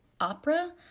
opera